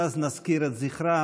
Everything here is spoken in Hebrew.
ואז נעלה את זכרם.